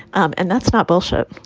um and that's not bullshit